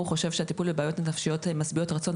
חושב שהטיפול בבעיות הנפשיות היא משביעת רצון.